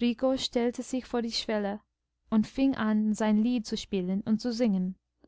rico stellte sich vor die schwelle und fing an sein lied zu spielen und zu singen